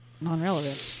non-relevant